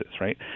right